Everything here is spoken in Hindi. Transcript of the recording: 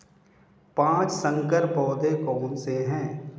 पाँच संकर पौधे कौन से हैं?